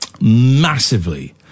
massively